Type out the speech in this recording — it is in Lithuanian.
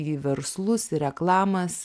į verslus į reklamas